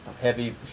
heavy